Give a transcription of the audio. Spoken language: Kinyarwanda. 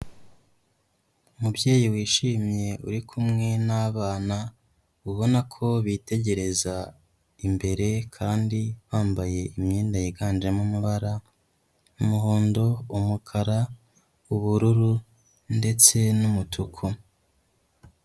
Umubyeyi wishimye uri kumwe n'abana, ubona ko bitegereza imbere kandi bambaye imyenda yiganjemo amabara, umuhondo, umukara, ubururu ndetse n'umutuku.